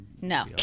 No